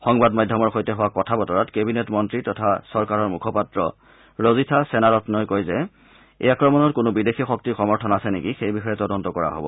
সংবাদ মাধ্যমৰ সৈতে হোৱা কথা বতৰাত কেবিনেট মন্ত্ৰী তথা চৰকাৰৰ মুখপাত্ৰ ৰজিথা সেনাৰস্ই কয় যে এই আক্ৰমণত কোনো বিদেশী শক্তিৰ সমৰ্থন আছে নেকি সেই বিষয়ে তদন্ত কৰা হব